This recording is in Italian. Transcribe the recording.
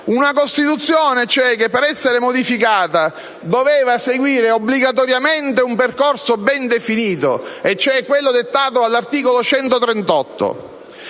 una Costituzione, cioè, che per essere modificata doveva seguire obbligatoriamente un percorso ben definito, ovvero quello dettato dall'articolo 138.